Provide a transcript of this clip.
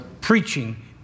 Preaching